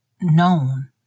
known